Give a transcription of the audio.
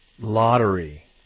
lottery